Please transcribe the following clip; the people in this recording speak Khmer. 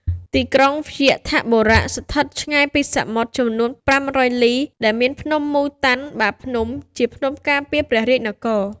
ទីក្រុង វ្យាធបុរៈ ស្ថិតឆ្ងាយពីសមុទ្រចំនួន ៥០០ លី ដែលមានភ្នំ ម៉ូតាន់ បាភ្នំ» ជាភ្នំការពារព្រះរាជនគរ ។